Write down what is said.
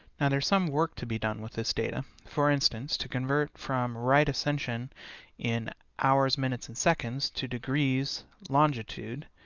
and there's some work to be done with this data. for instance, to convert from right-ascension in hours minutes and seconds to degrees, longitude,